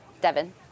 Devin